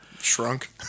Shrunk